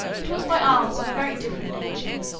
it was by arms of a very different nature,